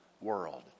world